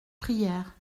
prières